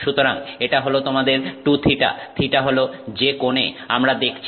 সুতরাং এটা হলো তোমাদের 2θ θ হল যে কোণে আমরা দেখছি